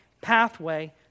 pathway